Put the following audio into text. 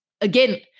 Again